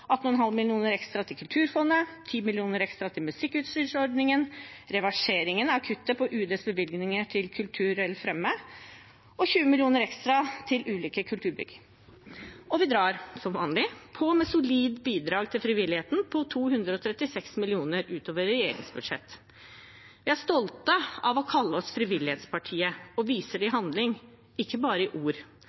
18,5 mill. kr ekstra til Kulturfondet, 10 mill. kr ekstra til musikkutstyrsordningen, reverseringen av kuttet på UDs bevilgninger til kulturelt fremme og 20 mill. kr ekstra til ulike kulturbygg, og vi drar – som vanlig – på med solide bidrag til frivilligheten, med 236 mill. kr ut over regjeringens budsjett. Vi er stolte av å kalle oss frivillighetspartiet, og vi viser det i handling, ikke bare i ord,